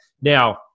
Now